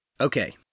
Okay